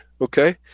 okay